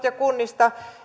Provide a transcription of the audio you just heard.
ja kunnista